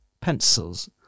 pencils